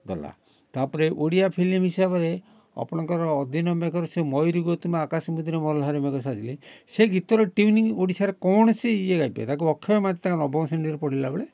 ଗଲା ତା'ପରେ ଓଡ଼ିଆ ଫିଲ୍ମ ହିସାବରେ ଆପଣଙ୍କର ଅଦିନ ମେଘର ସେ ମୟୁରୀ ଗୋ ତୁମେ ଆକାଶ ମୁଁ ଦିନେ ମହ୍ଲାରେ ମୁଁ ମେଘ ସାଜିଲି ସେ ଗୀତର ଟିଉନିଂ ଓଡ଼ିଶାର କୌଣସି ଇଏ ଗାଇପାରେ ତାକୁ ଅକ୍ଷୟ ମହାନ୍ତି ତାଙ୍କ ନବମ ଶ୍ରେଣୀରେ ପଢ଼ିଲା ବେଳେ